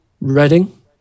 Reading